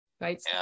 right